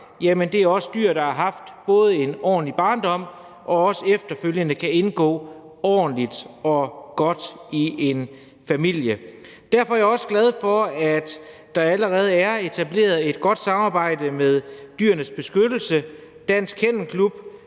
også er dyr, der har haft et ordentligt liv som unger og efterfølgende kan indgå ordentligt og godt i en familie. Derfor er jeg også glad for, at der allerede er etableret et godt samarbejde med Dyrenes Beskyttelse, Dansk Kennelklub